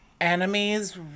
enemies